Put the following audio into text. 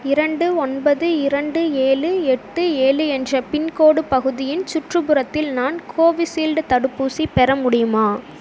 இரண்டு ஒன்பது இரண்டு ஏழு எட்டு ஏழு என்ற பின்கோடு பகுதியின் சுற்றுப்புறத்தில் நான் கோவிஷீல்டு தடுப்பூசி பெற முடியுமா